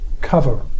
cover